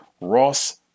Ross